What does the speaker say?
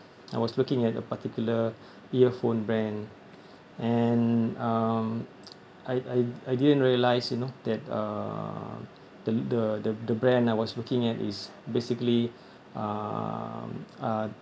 I was looking at a particular earphone brand and um I I didn't realize you know that uh the the the the brand I was looking at is basically um uh